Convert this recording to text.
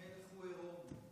המלך הוא עירום.